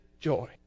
joy